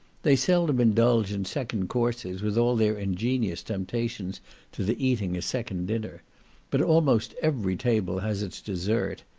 they seldom indulge in second courses, with all their ingenious temptations to the eating a second dinner but almost every table has its dessert,